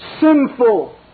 sinful